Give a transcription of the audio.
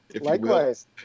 likewise